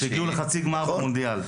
שהגיעו לחצי גמר במונדיאל.